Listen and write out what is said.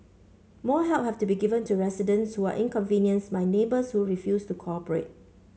more help have to be given to residents who are inconvenienced by neighbours who refuse to cooperate